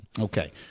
Okay